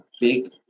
big